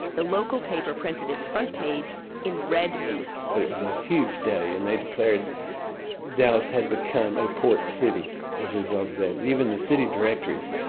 the local paper printed its front page in red ink it was a huge day, and they declared dallas had become a port city as a result of that. even the city directories,